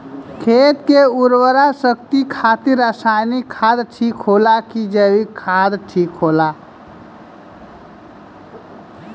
खेत के उरवरा शक्ति खातिर रसायानिक खाद ठीक होला कि जैविक़ ठीक होई?